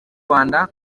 rwanda